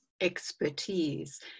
expertise